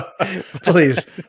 Please